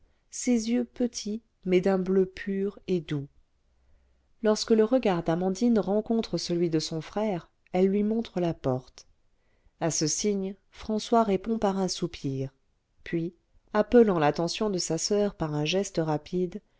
ses yeux petits mais d'un bleu pur et doux lorsque le regard d'amandine rencontre celui de son frère elle lui montre la porte à ce signe françois répond par un soupir puis appelant l'attention de sa soeur par un geste rapide